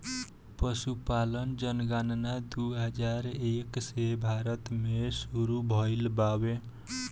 पसुपालन जनगणना दू हजार एक से भारत मे सुरु भइल बावे